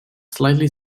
slightly